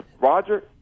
Roger